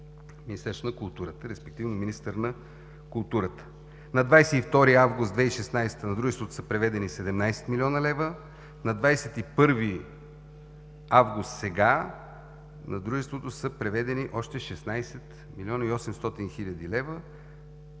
„Министерство на културата“, респективно „министър на културата“. На 22 август 2016 г. на дружеството са преведени 17 млн. лв., на 21 август, сега, на дружеството са преведени още 16 млн. 800 хил. лв.,